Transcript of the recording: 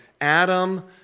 Adam